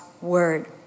word